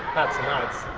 that's nice.